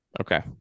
Okay